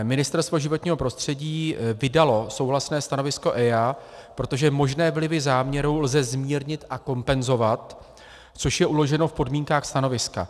Ministerstvo životního prostředí vydalo souhlasné stanovisko EIA, protože možné vlivy záměru lze zmírnit a kompenzovat, což je uloženo v podmínkách stanoviska.